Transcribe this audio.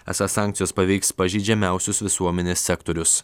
esą sankcijos paveiks pažeidžiamiausius visuomenės sektorius